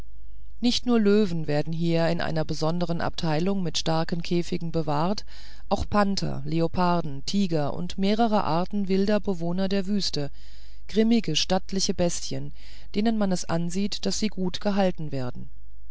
nicht nur löwen werden hier in einer besonderen abteilung in starken käfigen bewahrt auch panther leoparden tiger und mehrere arten wilder bewohner der wüsten grimmige stattliche bestien denen man es ansieht daß sie gut gehalten werden